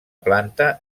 planta